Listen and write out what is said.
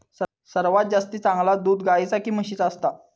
सर्वात जास्ती चांगला दूध गाईचा की म्हशीचा असता?